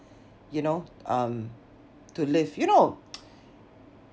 you know um to live you know